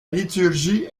liturgie